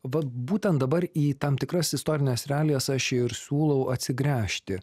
vat būtent dabar į tam tikras istorines realijas aš ir siūlau atsigręžti